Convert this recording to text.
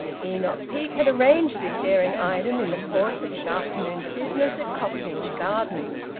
enoch peake had arranged this daring item in the course of his afternoon's business at cocknage gardens,